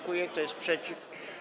Kto jest przeciw?